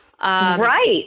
Right